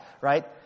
right